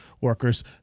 workers